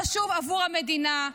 חשוב עבור המדינה,